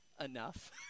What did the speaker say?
enough